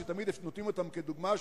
שתמיד נותנים אותם כדוגמה,